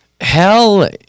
Hell